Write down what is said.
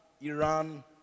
Iran